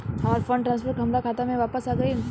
हमार fund transfer हमार खाता में वापस आ गइल